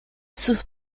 sus